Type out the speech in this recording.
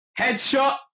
Headshot